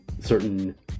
certain